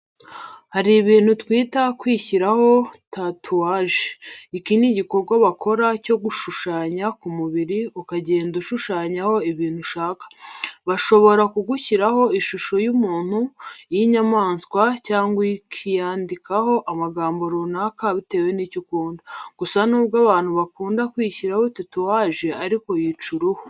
Hari ibintu twita kwishyiraho tatuwaje. Iki ni igikorwa bakora cyo gushushanya ku mubiri, ukagenda ushushanyaho ibintu ushaka. Bashobora kugushyiraho ishusho y'umuntu, iy'inyamaswa cyangwa ukiyandikaho amagambo runaka bitewe n'icyo ukunda. Gusa nubwo abantu bakunda kwishyiraho tatuwaje ariko yica uruhu.